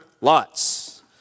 Lots